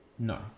No